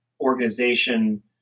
organization